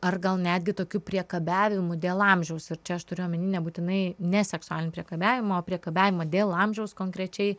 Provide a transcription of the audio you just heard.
ar gal netgi tokiu priekabiavimu dėl amžiaus ir čia aš turiu omeny nebūtinai ne seksualiniu priekabiavimu o priekabiavimu dėl amžiaus konkrečiai